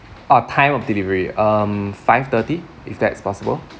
ah time of delivery um five thirty if that's possible